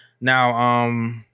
Now